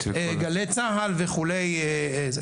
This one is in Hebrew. גלי צה"ל וכו').